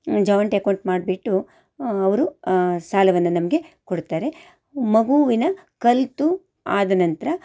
joint account ಮಾಡಿಬಿಟ್ಟು ಅವರು ಸಾಲವನ್ನು ನಮಗೆ ಕೊಡ್ತಾರೆ ಮಗುವಿನ ಕಲಿತು ಆದ ನಂತರ